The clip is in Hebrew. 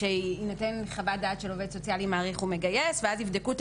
שתינתן חוות דעת של עובד סוציאלי מעריך ומגייס ואז יבדקו את